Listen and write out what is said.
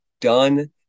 done